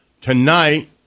Tonight